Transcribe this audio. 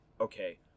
okay